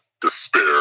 Despair